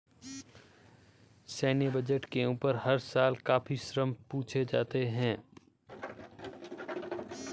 सैन्य बजट के ऊपर हर साल काफी प्रश्न पूछे जाते हैं